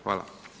Hvala.